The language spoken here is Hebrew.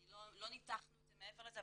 לא ניתחנו את זה מעבר לזה,